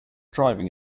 driving